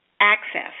access